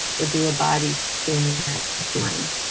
or do a body scan in mind.